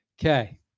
Okay